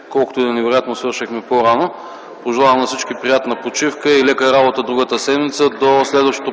Колкото и да е невероятно, свършихме по-рано. Пожелавам на всички приятна почивка и лека работа другата седмица. До следващото